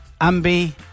ambi